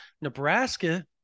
Nebraska